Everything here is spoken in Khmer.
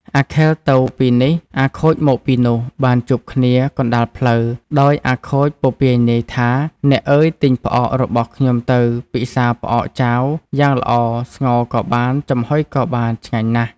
អាខិលទៅពីនេះ អាខូចមកពីនោះបានជួបគ្នាកណ្ដាលផ្លូវ ដោយអាខូចពពាយនាយថា“អ្នកអើយទិញផ្អករបស់ខ្ញុំទៅពិសារផ្អកចាវយ៉ាងល្អស្ងោរក៏បានចំហុយក៏បានឆ្ងាញ់ណាស់។